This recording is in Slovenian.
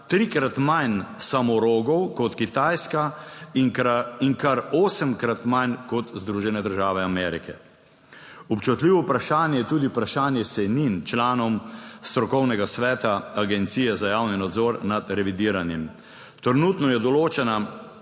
trikrat manj samorogov kot Kitajska in kar osemkrat manj kot Združene države Amerike. Občutljivo vprašanje je tudi vprašanje sejnin članov strokovnega sveta Agencije za javni nadzor nad revidiranjem. Trenutno je določena